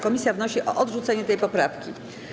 Komisja wnosi o odrzucenie tej poprawki.